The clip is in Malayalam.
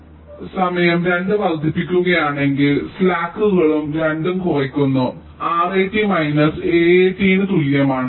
ഞങ്ങൾ യഥാർത്ഥ വരവ് സമയം 2 വർദ്ധിപ്പിക്കുകയാണെങ്കിൽ നിങ്ങൾ സ്ലാക്ക്ഉം 2 ഉം കുറയ്ക്കുന്നു RAT മൈനസ് AAT ന് തുല്യമാണ്